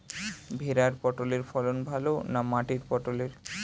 ভেরার পটলের ফলন ভালো না মাটির পটলের?